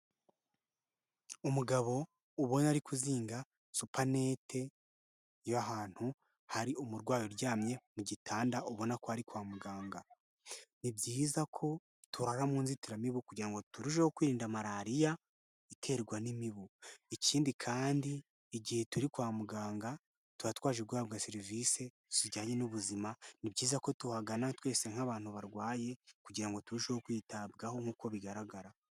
Umugabo ubona ari kuzinga supernet y'ahantu hari umurwayi uryamye mu gitanda, ubona ko ari kwa muganga. Ni byiza ko turara mu nzitiramibu kugira ngo turusheho kwirinda malariya iterwa n'imibu. Ikindi kandi igihe turi kwa muganga, tuba twaje guhabwa serivisi zijyanye n'ubuzima, ni byiza ko tuhagana twese nk'abantu barwaye kugira ngo turusheho kwitabwaho nk'uko bigaragara.